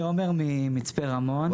אני עומר ממצפה רמון.